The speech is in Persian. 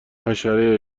حشره